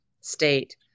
state